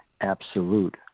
Absolute